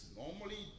normally